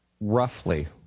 Roughly